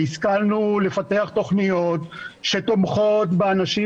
והשכלנו לפתח תוכניות שתומכות באנשים